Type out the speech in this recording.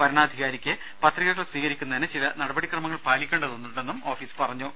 വരണാധികാരിക്ക് പത്രികകൾ സ്വീകരിക്കുന്നതിന് ചില നടപടിക്രമങ്ങൾ പാലിക്കേണ്ടതുണ്ടെന്നും ഓഫീസ് വ്യക്തമാക്കി